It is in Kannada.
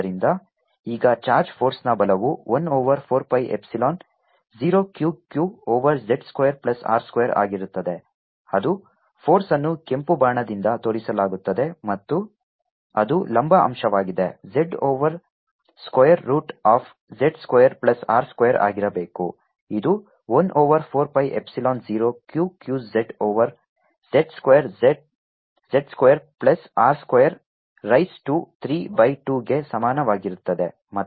ಆದ್ದರಿಂದ ಈಗ ಚಾರ್ಜ್ ಫೋರ್ಸ್ನ ಬಲವು 1 over 4 pi epsilon 0 Q q over z square plus r square ಆಗಿರುತ್ತದೆ ಅದು ಫೋರ್ಸ್ಅನ್ನು ಕೆಂಪು ಬಾಣದಿಂದ ತೋರಿಸಲಾಗುತ್ತದೆ ಮತ್ತು ಅದು ಲಂಬ ಅಂಶವಾಗಿದೆ z over square root of z square plus R square ಆಗಿರಬೇಕು ಇದು 1 over 4 pi epsilon 0 Q q z over z square plus R square raise to 3 by 2 ಗೆ ಸಮಾನವಾಗಿರುತ್ತದೆ